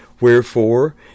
Wherefore